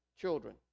children